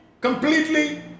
completely